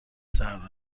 سرد